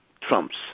Trumps